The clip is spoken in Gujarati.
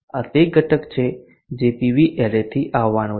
આ તે ઘટક છે જે પીવી એરેથી આવવાનું છે